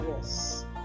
Yes